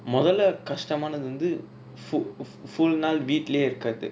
மொதல்ல கஷ்டமானது வந்து:mothalla kastamaanathu vanthu fufu~ full நாள் வீட்லயே இருக்குரது:naal veetlaye irukurathu